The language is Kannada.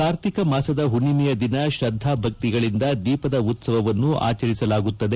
ಕಾರ್ತಿಕ ಮಾಸದ ಹುಣ್ಣೆಮೆಯ ದಿನ ಶ್ರದ್ದಾ ಭಕ್ತಿಗಳಿಂದ ದೀಪದ ಉತ್ಸವವನ್ನು ಆಚರಿಸಲಾಗುತ್ತದೆ